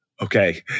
okay